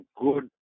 good